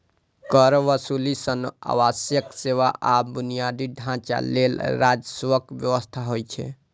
कर वसूली सं आवश्यक सेवा आ बुनियादी ढांचा लेल राजस्वक व्यवस्था होइ छै